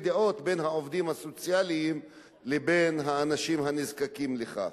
דעות בין העובדים הסוציאליים לבין האנשים הנזקקים לכך.